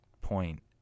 point